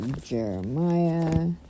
Jeremiah